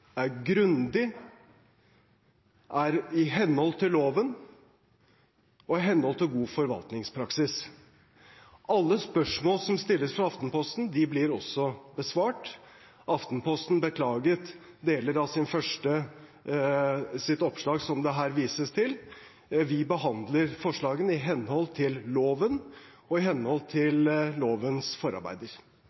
er grundige, og de er i henhold til loven og i henhold til god forvaltningspraksis. Alle spørsmål som stilles fra Aftenposten, blir besvart. Aftenposten beklaget deler av sitt første oppslag, som det her vises til. Vi behandler forslagene i henhold til loven og i henhold til lovens forarbeider.